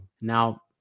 Now